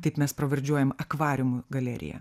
taip mes pravardžiuojam akvariumu galerija